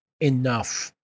enough